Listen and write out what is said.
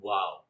Wow